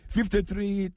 Fifty-three